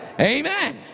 Amen